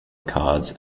cards